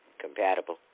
compatible